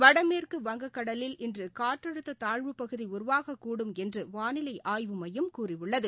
வடமேற்கு வங்கக் கடலில் இன்றுகாற்றழுத்ததாழ்வுப்பகுதிஉருவாகக்கூடும் என்றுவானிலைஆய்வு மையம் கூறியுள்ளது